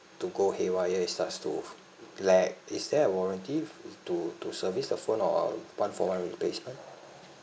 to go haywire it starts to lag is there a warranty to to service the phone or one for one replacement